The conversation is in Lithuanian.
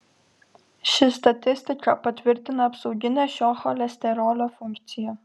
ši statistika patvirtina apsauginę šio cholesterolio funkciją